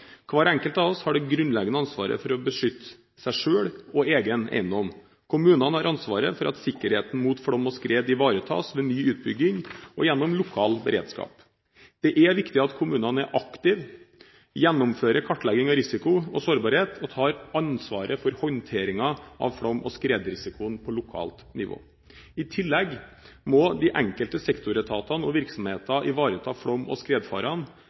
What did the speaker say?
Hver enkelt av oss har det grunnleggende ansvaret for å beskytte seg selv og egen eiendom. Kommunene har ansvaret for at sikkerheten mot flom og skred ivaretas ved ny utbygging og gjennom lokal beredskap. Det er viktig at kommunene er aktive, gjennomfører kartlegging av risiko og sårbarhet og tar ansvaret for håndteringen av flom- og skredrisikoen på lokalt nivå. I tillegg må de enkelte sektoretater og virksomheter ivareta flom- og skredfare